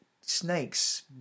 snakes